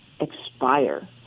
expire